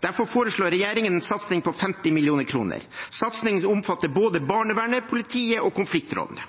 Derfor foreslår regjeringen en satsing på 50 mill. kr. Satsingen omfatter både barnevernet, politiet og konfliktrådene.